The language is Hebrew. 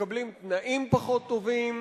מקבלים תנאים פחות טובים,